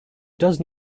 does